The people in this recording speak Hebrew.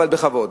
אבל בכבוד.